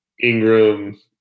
Ingram